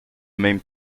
mêmes